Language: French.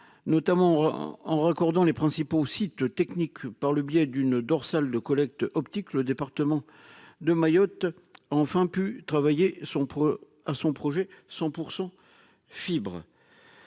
notamment en recours dans les principaux sites techniques par le biais d'une dorsale de collecte optique, le département de Mayotte enfin pu travailler son à son projet 100 % fibre